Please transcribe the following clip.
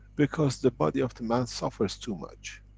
because the body of the man suffers, too much.